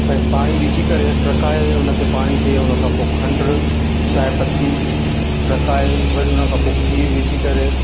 पे पाणी विझी करे टकाए उनखे पाणी खे उनखां पोइ खंड चांहि पत्ती टकाए वरी उनखां पोइ खीर विझी करे